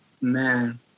Man